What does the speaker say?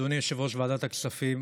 אדוני יושב-ראש ועדת הכספים,